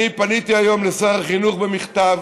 אני פניתי היום לשר החינוך במכתב